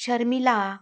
Sharmila